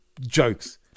jokes